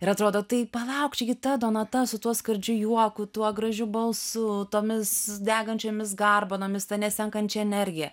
ir atrodo tai palauk čia gi ta donata su tuo skardžiu juoku tuo gražiu balsu tomis degančiomis garbanomis ta nesenkančia energija